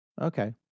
Okay